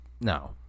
no